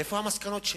איפה המסקנות שלה,